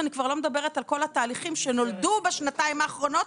ואני כבר לא מדברת על כל התהליכים שנולדו בשנתיים האחרונות,